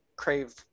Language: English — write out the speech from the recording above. Crave